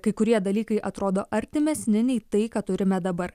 kai kurie dalykai atrodo artimesni nei tai ką turime dabar